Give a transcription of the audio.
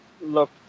look